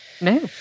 No